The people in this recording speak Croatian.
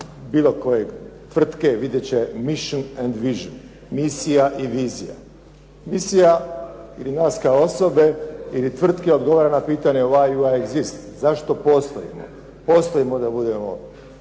bilo koje tvrtke, vidjeti će mision and vision, misija ili vizija. Misija ili nas kao osobe ili tvrtke odgovara na pitanje Why I exist? Zašto postojimo? Postojimo da budemo